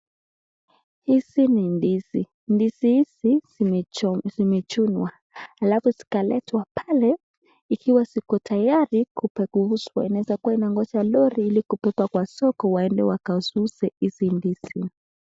Hizi ni ndizi. Ndizi hisi zimechuwa. Halafu zikaletwa pale ikiwa ziko tayari kupelekwa. Wanaweza kuwa inangoja lori ili kupelekwa kwa soko waende wakauuze hizi ndizi.